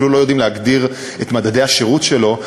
אפילו לא יודעים להגדיר את מדדי השירות שלו,